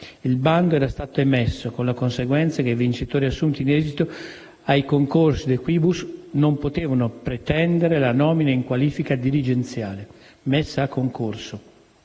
il bando era stato emesso, con la conseguenza che i vincitori assunti in esito ai concorsi *de quibus* non potevano pretendere la nomina in qualifica dirigenziale, messa a concorso,